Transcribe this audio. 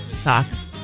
Socks